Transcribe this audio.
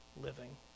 living